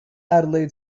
adelaide